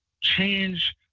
change